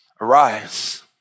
arise